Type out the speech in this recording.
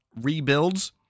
rebuilds